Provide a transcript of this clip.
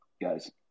guys